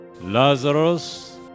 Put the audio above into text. Lazarus